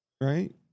Right